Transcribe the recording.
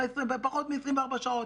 בפחות מ-24 שעות,